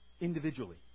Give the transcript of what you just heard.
individually